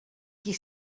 qui